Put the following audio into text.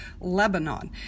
Lebanon